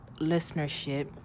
listenership